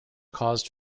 causes